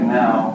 now